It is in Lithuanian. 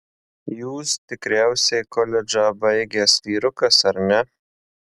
jūs tikriausiai koledžą baigęs vyrukas ar ne